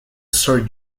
sir